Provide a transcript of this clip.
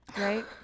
Right